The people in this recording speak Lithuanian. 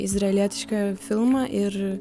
izraelietišką filmą ir